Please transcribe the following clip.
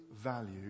value